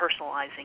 personalizing